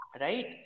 Right